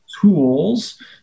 tools